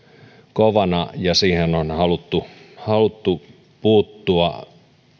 kovana ja siihen on haluttu haluttu puuttua